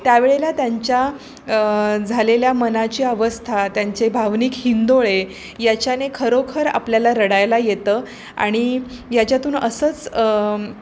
त्या वेळेला त्यांच्या झालेल्या मनाची अवस्था त्यांचे भावनिक हिंदोळे याच्याने खरोखर आपल्याला रडायला येतं आणि याच्यातून असंच